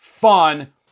fun